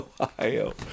Ohio